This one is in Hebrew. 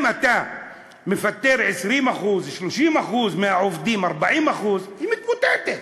אם אתה מפטר 20%, 30, 40% מהעובדים, היא מתמוטטת.